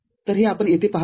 तर हे आपण येथे पाहत आहात